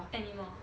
anymore